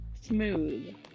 Smooth